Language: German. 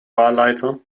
wahlleiter